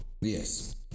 yes